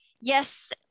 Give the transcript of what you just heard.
yes